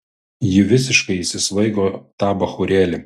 ji visiškai įsisvaigo tą bachūrėlį